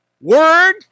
Word